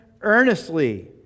earnestly